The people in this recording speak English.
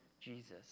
Jesus